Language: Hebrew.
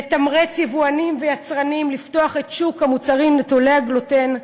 לתמרץ יבואנים ויצרנים לפתוח את שוק המוצרים נטולי הגלוטן,